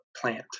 plant